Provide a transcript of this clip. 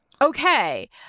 okay